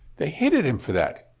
they hated him for that.